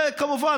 כמובן,